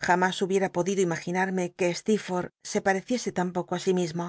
jamás hubiera podido imaginarme que sleer orlli se pareciese tan poco ü si mismo